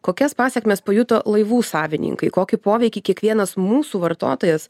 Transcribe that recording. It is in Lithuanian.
kokias pasekmes pajuto laivų savininkai kokį poveikį kiekvienas mūsų vartotojas